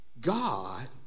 God